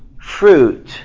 fruit